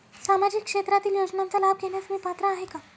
सामाजिक क्षेत्रातील योजनांचा लाभ घेण्यास मी पात्र आहे का?